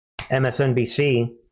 MSNBC